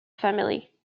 family